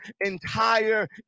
entire